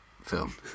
Film